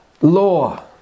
law